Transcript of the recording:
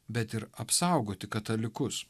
bet ir apsaugoti katalikus